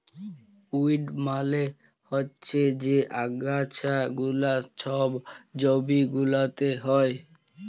weed মালে হচ্যে যে আগাছা গুলা সব জমি গুলাতে হ্যয়